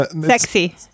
Sexy